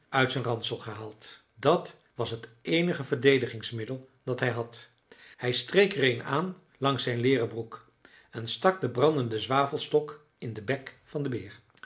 uit zijn ransel gehaald dat was het eenige verdedigingsmiddel dat hij had hij streek er een aan langs zijn leeren broek en stak den brandenden zwavelstok in den bek van den beer